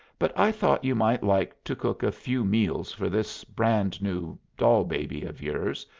but i thought you might like to cook a few meals for this brand-new doll-baby of yours,